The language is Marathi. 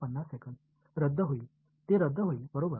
ते रद्द होईल बरोबर